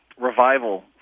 revival